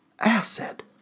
acid